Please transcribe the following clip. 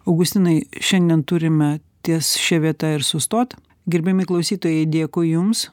augustinai šiandien turime ties šia vieta ir sustot gerbiami klausytojai dėkui jums